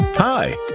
Hi